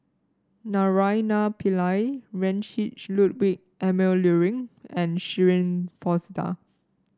Naraina Pillai Heinrich Ludwig Emil Luering and Shirin Fozdar